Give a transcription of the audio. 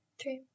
true